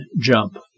Jump